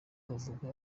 kuvuga